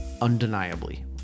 undeniably